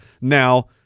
now